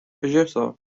producer